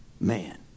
man